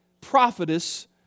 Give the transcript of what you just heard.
prophetess